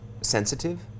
sensitive